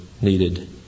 needed